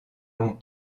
long